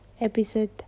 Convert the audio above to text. episode